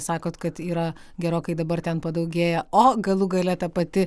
sakot kad yra gerokai dabar ten padaugėję o galų gale ta pati